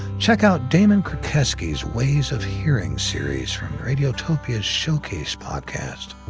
check out damon krukowski's ways of hearing series, from radiotopia's showcase podcast.